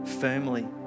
firmly